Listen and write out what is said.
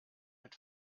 mit